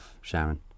Sharon